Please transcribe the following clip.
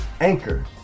Anchor